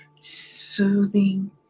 soothing